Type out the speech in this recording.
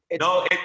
No